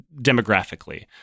demographically